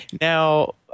now